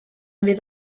fydd